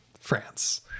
France